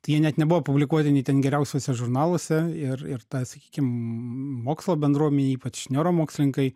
tai jie net nebuvo publikuoti nei ten geriausiuose žurnaluose ir ir ta sakykim mokslo bendruomenė ypač neuromokslininkai